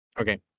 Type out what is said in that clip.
Okay